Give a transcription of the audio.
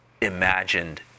imagined